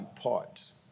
parts